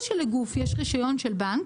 שלגוף יש רישיון של בנק,